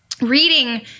reading